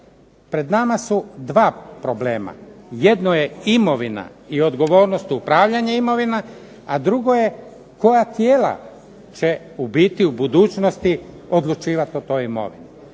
Pred nama su 2 problema. Jedno je imovina i odgovornost o upravljanju imovinom, a drugo je koja tijela će u biti u budućnosti odlučivati o toj imovini.